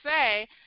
say